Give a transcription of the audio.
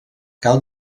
cal